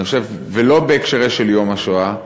ולא בהקשר של יום השואה,